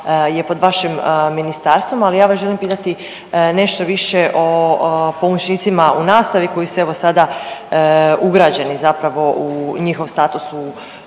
je pod vašim ministarstvom. Ali ja vas želim pitati nešto više o pomoćnicima u nastavi koji su evo sada ugrađeni zapravo njihov status